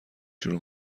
شروع